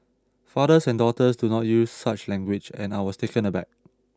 fathers and daughters do not use such language and I was taken aback